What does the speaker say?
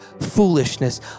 foolishness